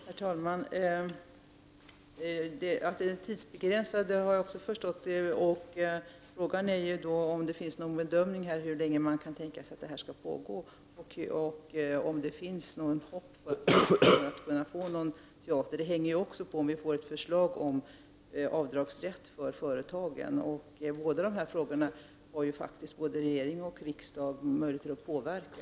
Herr talman! Att det är en tidsbegränsad skatt har också jag förstått. Frågan är hur länge den kan tänkas vara i kraft och om det finns något hopp för göteborgarna att få en musikteater. Det är också avhängigt av om det kommer att framläggas något förslag om avdragsrätt för företagen i dessa sammanhang. Den frågan har faktiskt både regering och riksdag möjligheter att påverka.